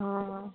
অ'